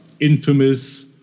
infamous